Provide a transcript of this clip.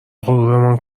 غرورمان